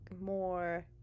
more